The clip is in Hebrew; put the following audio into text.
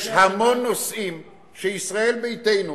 יש המון נושאים שישראל ביתנו